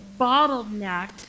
bottlenecked